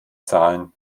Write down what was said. zahlen